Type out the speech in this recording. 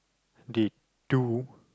they do